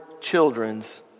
children's